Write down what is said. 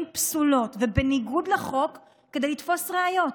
פסולות ובניגוד לחוק כדי לתפוס ראיות?